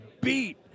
beat